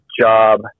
job